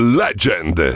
legend